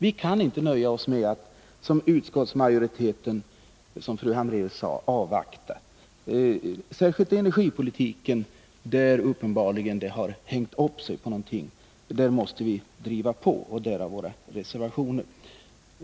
Vi kan inte i likhet med utskottsmajoriteten — som fru Hambraeus sade — nöja oss med att avvakta. Det gäller särskilt inom energipolitiken, där man uppenbarligen hängt upp sig på någonting. Där måste vi driva på, därav våra reservationer.